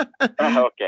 Okay